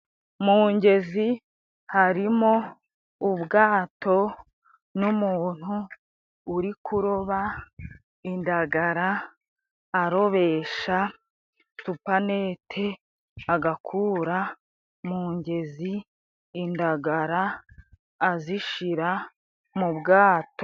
Mu ngezi harimo ubwato n'umuntu uri kuroba indagara, arobesha tupanete agakura mu ngezi indagara azishirara mu bwato.